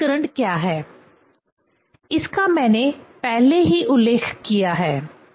तो eddy current क्या है इसका मैंने पहले ही उल्लेख किया है